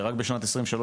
רק בשנת 2023,